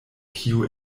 kiu